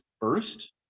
first